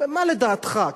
מה לדעתך?